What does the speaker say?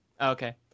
okay